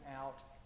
out